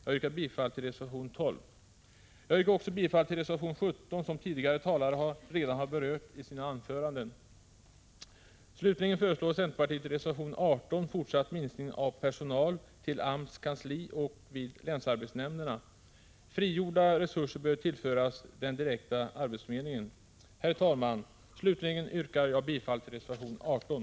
Jag yrkar bifall till reservation 12. Jag yrkar också bifall till reservation 17, som tidigare talare redan har berört i sina anföranden. Herr talman! Slutligen föreslår centerpartiet i reservation 18 fortsatt minskning av personal vid AMS kansli och vid länsarbetsnämnderna. Frigjorda resurser bör tillföras den direkta arbetsförmedlingen. Jag yrkar bifall till reservation 18.